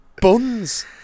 buns